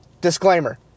disclaimer